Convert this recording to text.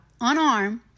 unarmed